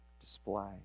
display